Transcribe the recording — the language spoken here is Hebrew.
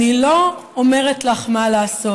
אני לא אומרת לך מה לעשות,